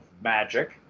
magic